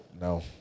no